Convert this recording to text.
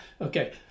Okay